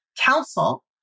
council